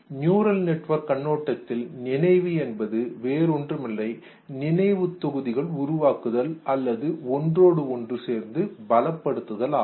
neural network கண்ணோட்டத்தில் நினைவு என்பது வேறொன்றுமில்லை நினைவு தொகுதிகள் உருவாக்குதல் அல்லது ஒன்றோடு ஒன்று சேர்த்து பலப்படுத்துதல் ஆகும்